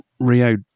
rio